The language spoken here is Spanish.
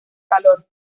calor